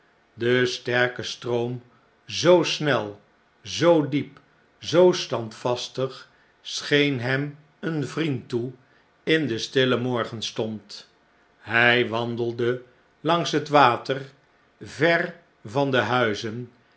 de sterke stroom zoo snel zoo diep zoo standvastig scheen hem een vriend toe in den stillen ochtendstond hjj wandelde langs het water ver van de huizen